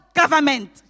government